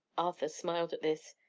arthur smiled at this.